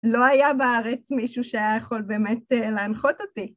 לא היה בארץ מישהו שהיה יכול באמת להנחות אותי.